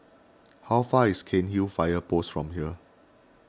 how far is Cairnhill Fire Post from here